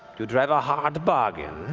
you drive a hard bargain,